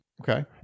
Okay